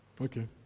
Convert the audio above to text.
Okay